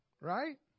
right